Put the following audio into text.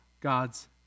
God's